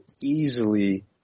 easily